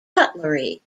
cutlery